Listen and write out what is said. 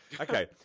Okay